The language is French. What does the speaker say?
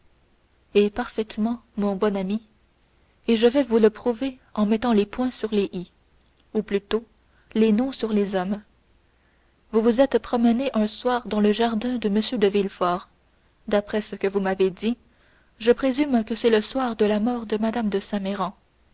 eh parfaitement mon bon ami et je vais vous le prouver en mettant les points sur les i ou plutôt les noms sur les hommes vous vous êtes promené un soir dans le jardin de m de villefort d'après ce que vous m'avez dit je présume que c'est le soir de la mort de mme de saint méran